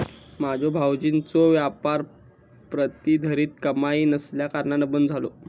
माझ्यो भावजींचो व्यापार प्रतिधरीत कमाई नसल्याकारणान बंद झालो